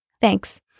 Thanks